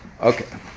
Okay